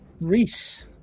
Reese